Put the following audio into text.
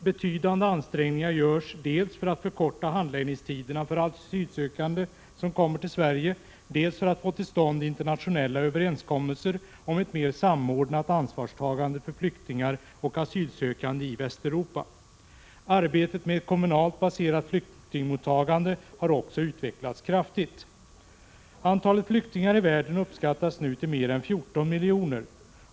Betydande ansträngningar görs dels för att förkorta handläggningstiderna för asylsökande som kommer till Sverige, dels för att få till stånd internationella överenskommelser om ett mer samordnat ansvarstagande för flyktingar och asylsökande i Västeuropa. Arbetet med ett kommunalt baserat flyktingmottagande har också utvecklats kraftigt. Antalet flyktingar i världen uppskattas nu till mer än 14 miljoner.